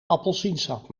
appelsiensap